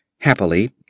Happily